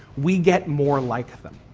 we get more like them.